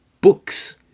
books